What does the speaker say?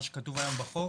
מה שכתוב היום בחוק